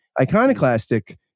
iconoclastic